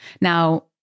Now